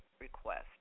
request